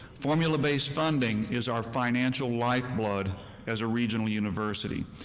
formula-based funding is our financial lifeblood as a regional university,